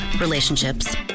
relationships